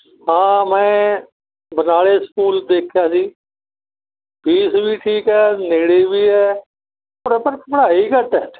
ਹਾਂ ਮੈਂ ਬਰਨਾਲੇ ਸਕੂਲ ਦੇਖਿਆ ਸੀ ਫੀਸ ਵੀ ਠੀਕ ਹੈ ਨੇੜੇ ਵੀ ਹੈ ਪਰ ਪ ਪੜ੍ਹਾਈ ਘੱਟ ਆ